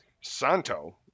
Santo